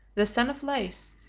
the son of leith,